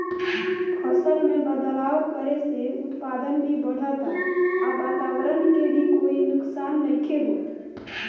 फसल में बदलाव करे से उत्पादन भी बढ़ता आ वातवरण के भी कोई नुकसान नइखे होत